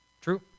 True